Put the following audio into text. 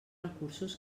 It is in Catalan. recursos